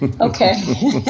Okay